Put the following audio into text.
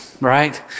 Right